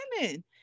women